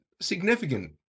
significant